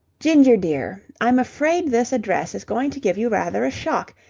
ginger, dear i'm afraid this address is going to give you rather a shock,